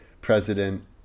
president